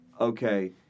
okay